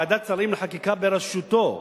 ועדת השרים לחקיקה בראשותו,